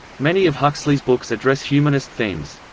many of huxley's books address humanist themes.